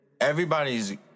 Everybody's